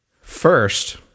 First